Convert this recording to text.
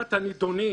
הפיכת הנידונים